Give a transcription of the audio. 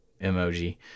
emoji